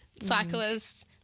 Cyclists